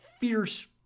fierce